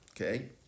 okay